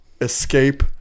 escape